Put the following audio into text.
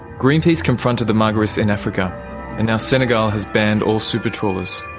greenpeace confronted the margiris in africa and now senegal has banned all super trawlers.